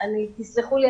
סלחו לי,